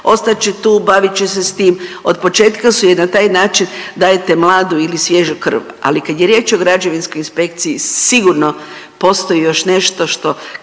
ostat će tu, bavit će se s tim. Otpočetka su je na taj način dajete mladu ili svježu krv. Ali kad je riječ o Građevinskoj inspekciji sigurno postoji još nešto što